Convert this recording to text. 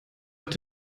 auch